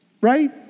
Right